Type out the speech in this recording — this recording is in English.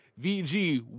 VG